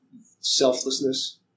Selflessness